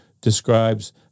describes